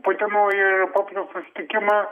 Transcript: putino ir popiežiaus susitikimą